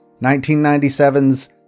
1997's